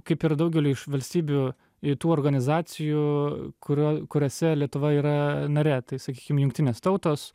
kaip ir daugeliui iš valstybių į tų organizacijų kurio kuriose lietuva yra nare tai sakykim jungtinės tautos